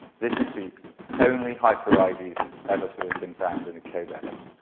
this is the only hypereides ever to have been found in a codex.